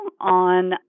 on